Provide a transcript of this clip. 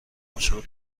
عاشق